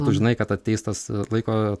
tu žinai kad ateis tas laiko